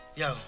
yo